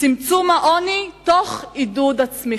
צמצום העוני תוך עידוד הצמיחה.